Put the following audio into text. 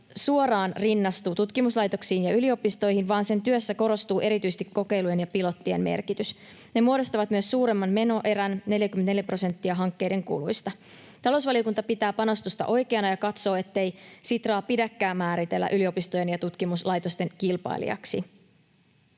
suoraan rinnastu tutkimuslaitoksiin ja yliopistoihin, vaan sen työssä korostuu erityisesti kokeilujen ja pilottien merkitys. Ne muodostavat myös suuremman menoerän, 44 prosenttia hankkeiden kuluista. Talousvaliokunta pitää panostusta oikeana ja katsoo, ettei Sitraa pidäkään määritellä yliopistojen ja tutkimuslaitosten kilpailijaksi.